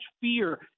fear